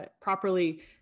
properly